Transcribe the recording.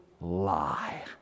lie